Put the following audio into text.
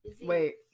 wait